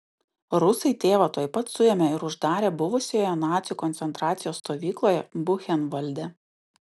rusai tėvą tuoj pat suėmė ir uždarė buvusioje nacių koncentracijos stovykloje buchenvalde